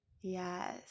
Yes